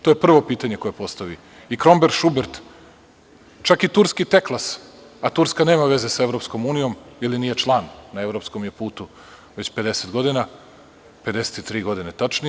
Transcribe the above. To je prvo pitanje koje postavi i Kromber Šubert, čak i turski „Teklas“, a Turska nema veze sa EU ili nije član, na evropskom je putu već 50 godina, tačnije 53 godine.